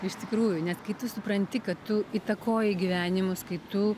iš tikrųjų net kai tu supranti kad tu įtakoji gyvenimus kai tu